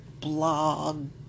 blog